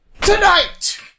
Tonight